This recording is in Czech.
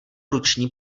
ruční